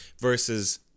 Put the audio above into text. versus